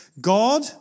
God